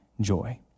joy